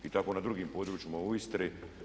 I tako na drugim područjima u Istri.